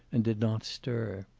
and did not stir.